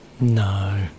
No